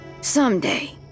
someday